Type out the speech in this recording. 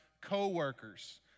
co-workers